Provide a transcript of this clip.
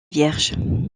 vierge